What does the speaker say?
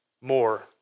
more